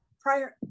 prior